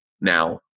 now